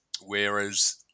whereas